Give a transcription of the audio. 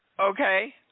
okay